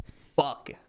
Fuck